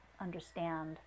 understand